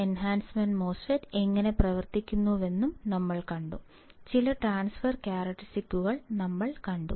enhancement MOSFET എങ്ങനെ പ്രവർത്തിക്കുന്നുവെന്ന് നമ്മൾ കണ്ടു ചില ട്രാൻസ്ഫർ സവിശേഷതകളും നമ്മൾ കണ്ടു